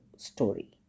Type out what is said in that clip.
story